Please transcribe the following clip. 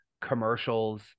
commercials